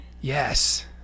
Yes